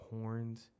horns